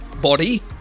body